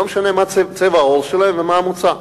ולא משנה מה צבע העור שלהם ומה המוצא,